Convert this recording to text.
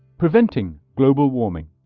preventing global warming